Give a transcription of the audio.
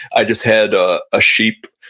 i just had a ah sheep,